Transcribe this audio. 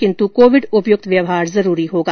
किन्तु कोविड उपयुक्त व्यवहार जरूरी होगा